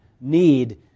need